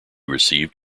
received